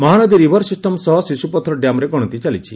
Mahanadi river system ସହ ଶିଶ୍ରପଥର ଡ୍ୟାମରେ ଗଣତି ଚାଲିଛି